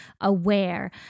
aware